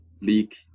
leak